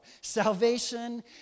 Salvation